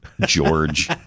George